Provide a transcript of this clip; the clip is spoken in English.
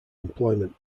employment